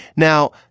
now,